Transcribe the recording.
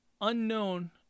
unknown